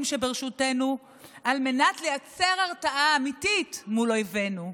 שברשותנו על מנת לייצר הרתעה אמיתית מול אויבינו.